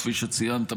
כפי שציינת,